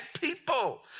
people